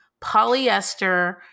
polyester